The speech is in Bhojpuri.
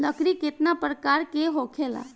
लकड़ी केतना परकार के होखेला